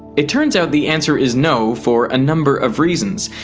it turns out the answer is, no, for a number of reasons.